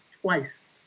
twice